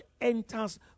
enters